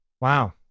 Wow